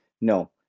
no